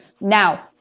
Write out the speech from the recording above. Now